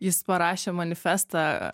jis parašė manifestą